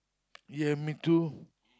ya me too